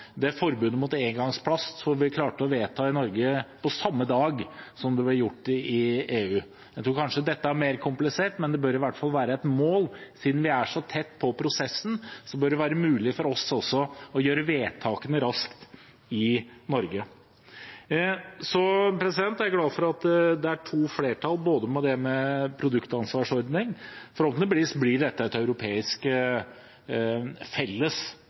det forbudet mot engangsplast som vi klarte å vedta i Norge på samme dag som det ble gjort i EU. Jeg tror kanskje dette er mer komplisert, men det bør i hvert fall være et mål. Siden vi er så tett på prosessen, bør det være mulig også for oss å gjøre vedtakene raskt i Norge. Så er jeg glad for at det er to flertall. Det ene er det med produsentansvarsordning. Forhåpentligvis blir dette et felles europeisk ansvar og mål og politikk, men det